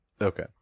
Okay